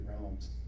realms